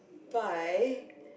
by